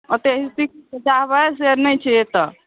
ओतेक स्थिति चाहबै से नहि छै एतय